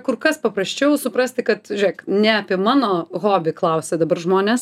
kur kas paprasčiau suprasti kad žiūrėk ne apie mano hobį klausia dabar žmonės